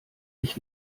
dich